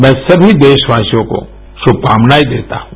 मैं सभी देशवासियों को शुभकामनायें देता हूँ